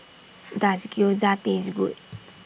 Does Gyoza Taste Good